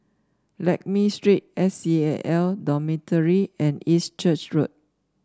Lakme Street S C A L Dormitory and East Church Road